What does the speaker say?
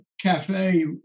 cafe